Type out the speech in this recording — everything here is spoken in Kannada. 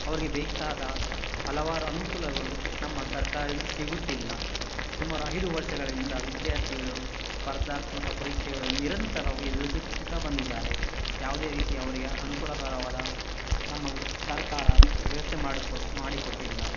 ಅವರಿಗೆ ಬೇಕಾದ ಹಲವಾರು ಅನುಕೂಲಗಳು ನಮ್ಮ ಸರ್ಕಾರದಿಂದ ಸಿಗುತ್ತಿಲ್ಲ ಸುಮಾರು ಐದು ವರ್ಷಗಳಿಂದ ವಿದ್ಯಾರ್ಥಿಗಳು ಸ್ಪರ್ಧಾತ್ಮಕ ಪರೀಕ್ಷೆ ನಿರಂತರವಾಗಿ ಎದುರಿಸುತ್ತಾ ಬಂದಿದ್ದಾರೆ ಯಾವುದೇ ರೀತಿಯ ಅವರಿಗೆ ಅನುಕೂಲಕರವಾದ ನಮ್ಮ ಗ್ ಸರ್ಕಾರ ವ್ಯವಸ್ಥೆ ಮಾಡಿ ಕೊಟ್ಟು ಮಾಡಿ ಕೊಟ್ಟಿಲ್ಲ